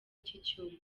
cy’icyunamo